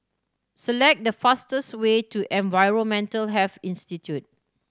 select the fastest way to Environmental Health Institute